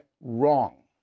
wrong